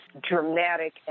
dramatic